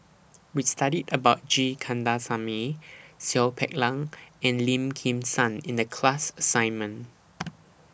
We studied about G Kandasamy Seow Peck Leng and Lim Kim San in The class assignment